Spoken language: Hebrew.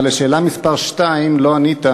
אבל על שאלה מס' 2 לא ענית,